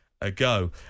ago